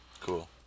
Cool